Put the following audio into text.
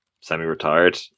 semi-retired